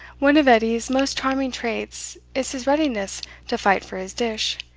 one of edie's most charming traits is his readiness to fight for his dish,